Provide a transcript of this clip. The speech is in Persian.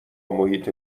محیط